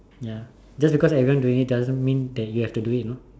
ya just because everyone doing it doesn't mean that you have to do it you know